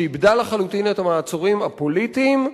שאיבדה לחלוטין את המעצורים הפוליטיים,